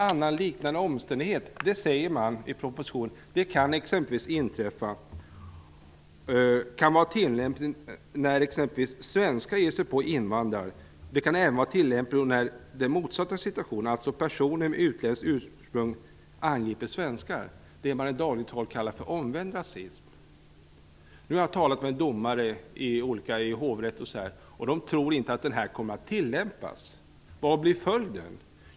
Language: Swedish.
Annan liknande omständighet är det, säger man i propositionen, när exempelvis svenskar ger sig på invandrare. Det kan även vara tillämpligt på den motsatta situationen, alltså när personer med utländskt ursprung angriper svenskar, alltså på det man i dagligt tal kallar för omvänd rasism. Jag har talat med flera domare, bl.a. i hovrätt, och de tror inte att detta kommer att tillämpas. Vad blir följden?